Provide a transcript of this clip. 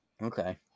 okay